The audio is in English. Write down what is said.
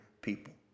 people